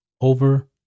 over